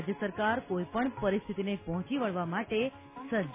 રાજ્ય સરકાર કોઈપણ પરિસ્થિતિને પહોંચી વળવા માટે સજજ